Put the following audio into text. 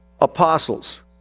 apostles